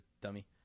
dummy